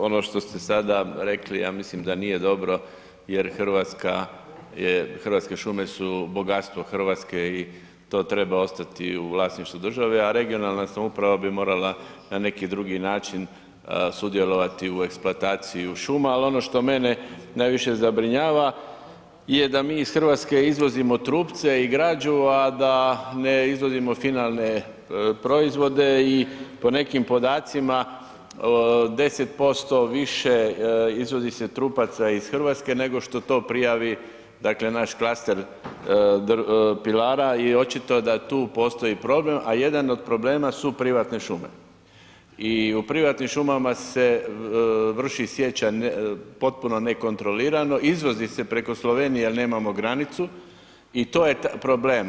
Kolega Maras, ono što ste sada rekli, ja mislim da nije dobro jer Hrvatske šume su bogatstvo Hrvatske i to treba ostati u vlasništvu države a regionalna samouprava bi morala na neki drugi način sudjelovati u eksploataciji šuma ali ono što mene najviše zabrinjava je da mi iz Hrvatske izvozimo trupce i građu a da ne izvozimo finalne proizvode i po nekim podacima, 10% više izvozi se trupaca iz Hrvatske nego što to prijavi dakle naš klaster pilara i očito da tu postoji problem a jedan od problema su privatne šume i u privatnim šumama se vrši sječa potpuno nekontrolirano, izvozi se preko Slovenije jer nemamo granicu i to je problem.